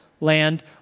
land